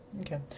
Okay